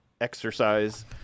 exercise